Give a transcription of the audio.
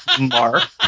Mark